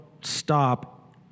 stop